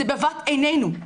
זה בבת עינינו.